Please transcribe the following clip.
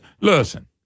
listen